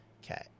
Okay